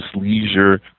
leisure